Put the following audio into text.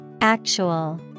Actual